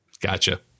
Gotcha